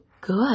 good